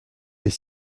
est